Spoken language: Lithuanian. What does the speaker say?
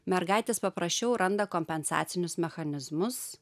mergaitės paprasčiau randa kompensacinius mechanizmus